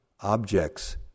objects